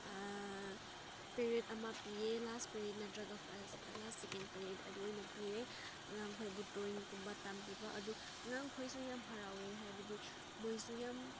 period ꯑꯃ ꯄꯤꯌꯦ ꯂꯥꯁ ꯄꯦꯔꯠ ꯅꯠꯇ꯭ꯔꯒ ꯐꯥꯔꯁ ꯂꯥꯁ ꯁꯦꯀꯦꯟ ꯄꯦꯔꯠ ꯑꯗꯨ ꯑꯣꯏꯅ ꯄꯤꯌꯦ ꯑꯉꯥꯡꯈꯣꯏꯕꯨ ꯗ꯭ꯔꯣꯋꯤꯡꯒꯨꯝꯕ ꯇꯝꯕꯤꯕ ꯑꯗꯨ ꯑꯉꯥꯡꯈꯣꯏꯁꯨ ꯌꯥꯝ ꯍꯥꯔꯥꯎꯋꯦ ꯍꯥꯏꯕꯗꯤ ꯃꯣꯏꯁꯨ ꯌꯥꯝ